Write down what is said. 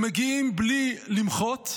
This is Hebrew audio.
הם מגיעים בלי למחות,